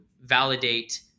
validate